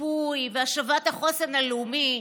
ריפוי והשבת החוסן הלאומי,